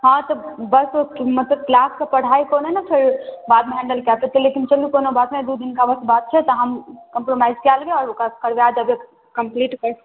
हँ तऽ बस ओ मतलब क्लासके पढ़ाइके ओना नहि थोड़े बादमे हैंडल कए पेतै लेकिन चलू कोनो बात नहि दू दिनका बस बात छै तऽ हम कम्प्रोमाइज कए लेबै आ ओकरासँ करबा देबै कम्प्लीट पै